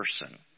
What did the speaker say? person